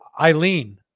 Eileen